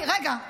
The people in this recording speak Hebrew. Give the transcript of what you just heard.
רגע.